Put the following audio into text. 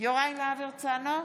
יוראי להב הרצנו,